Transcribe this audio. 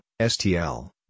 STL